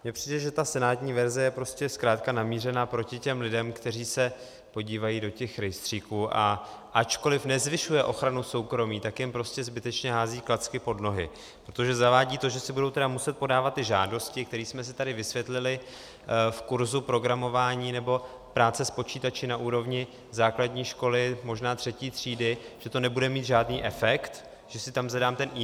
Přijde mi, že senátní verze je prostě zkrátka namířena proti těm lidem, kteří se podívají do těch rejstříků, a ačkoliv nezvyšuje ochranu soukromí, tak jim prostě zbytečně hází klacky pod nohy, protože zavádí to, že si tedy budou muset podávat ty žádosti, které jsme si tady vysvětlili v kurzu programování nebo práce s počítači na úrovni základní školy, možná třetí třídy, že to nebude mít žádný efekt, že si tam zadám ten email.